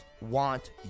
want